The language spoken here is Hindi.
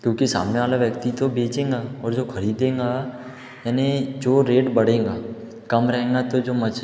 क्योंकि सामने वाला व्यक्ति तो बेचेगा और जो ख़रीदेगा यानी जो रेट बढ़ेगा कम रहेगा तो जो मछ